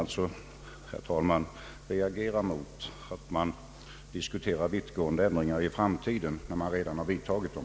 Jag reagerar, herr talman, mot att man här diskuterar vittgående ändringar i framtiden, när man redan har genomfört dem.